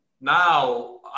now